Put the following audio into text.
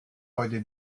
heute